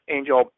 Angel